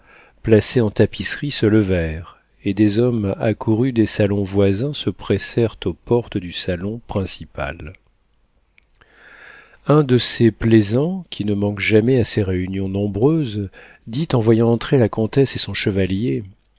placées en tapisserie se levèrent et des hommes accourus des salons voisins se pressèrent aux portes du salon principal un de ces plaisants qui ne manquent jamais à ces réunions nombreuses dit en voyant entrer la comtesse et son chevalier